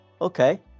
Okay